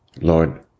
Lord